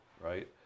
right